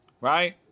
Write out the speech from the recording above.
right